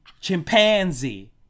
chimpanzee